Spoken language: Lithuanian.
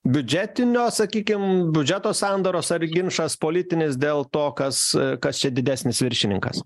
biudžetinio sakykim biudžeto sandaros ar ginčas politinis dėl to kas kas čia didesnis viršininkas